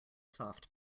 soft